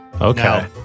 Okay